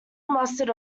mustard